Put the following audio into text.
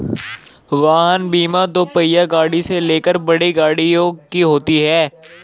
वाहन बीमा दोपहिया गाड़ी से लेकर बड़ी गाड़ियों की होती है